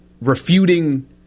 refuting